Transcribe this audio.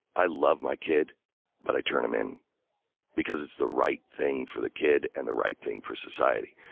i love my kid but i turn him in because it's the right thing for the kid and the right thing for society.